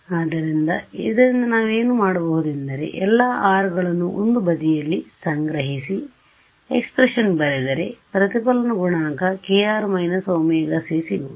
ಆದ್ದರಿಂದ ಇದರಿಂದ ನಾವು ಏನು ಮಾಡಬಹುದೆಂದರೆ ಎಲ್ಲಾ R ಗಳನ್ನು ಒಂದು ಬದಿಯಲ್ಲಿ ಸಂಗ್ರಹಿಸಿ ಅಭಿವ್ಯಕ್ತಿ ಬರೆದರೆ ಪ್ರತಿಫಲನ ಗುಣಾಂಕ kr − ωc ಸಿಗುವುದು